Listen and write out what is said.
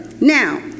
Now